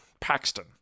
Paxton